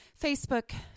Facebook